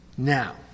Now